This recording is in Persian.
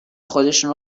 خودشون